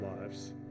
lives